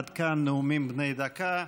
עד כאן נאומים בני דקה.